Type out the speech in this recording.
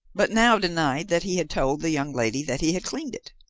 but now denied that he had told the young lady that he had cleaned it.